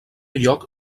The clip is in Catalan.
lloc